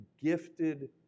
gifted